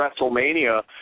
WrestleMania